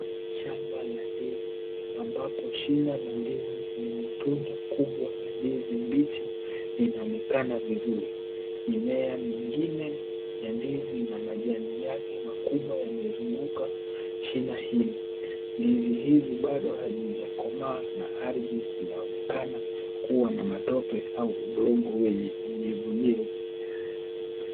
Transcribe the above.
Shamba la ndizi ambapo shina la ndizi lenye tunda kubwa la ndizi mbichi linaonekana vizuri, mimea mingine ya ndizi na majani yake makubwa yamezunguka shina hilo, ndizi hizi bado hazijakomaa na ardhi inaonekana kuwa na matope au udongo wenye unyevunyevu.